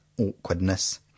awkwardness